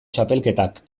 txapelketak